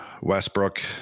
Westbrook